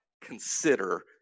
consider